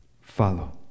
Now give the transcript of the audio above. follow